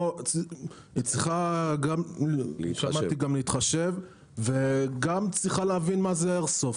היא צריכה גם להתחשב וגם צריכה להבין מה זה איירסופט.